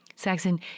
Saxon